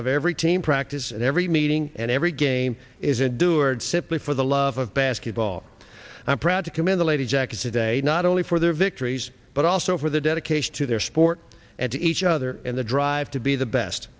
of every team practice and every meeting and every game is endured simply for the love of basketball i'm proud to commend the lady jackie today not only for their victories but also for the dedication to their sport and to each other in the drive to be the best